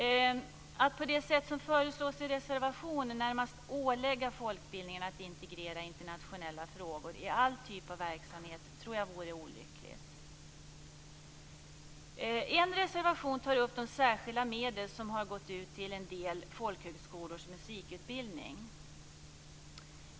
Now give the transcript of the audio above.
Men att på det sätt som föreslås i reservationen närmast ålägga folkbildningen att integrera internationella frågor i all typ av verksamhet tror jag vore olyckligt. En reservation tar upp de särskilda medel som har gått till en del folkhögskolors musikutbildning.